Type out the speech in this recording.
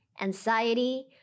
Anxiety